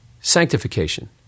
sanctification